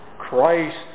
Christ